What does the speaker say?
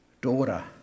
daughter